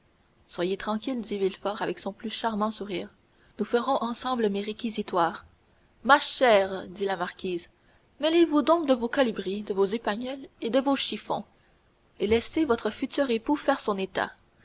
soyez tranquille dit villefort avec son plus charmant sourire nous ferons ensemble mes réquisitoires ma chère dit la marquise mêlez-vous de vos colibris de vos épagneuls et de vos chiffons et laissez votre futur époux faire son état